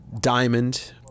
Diamond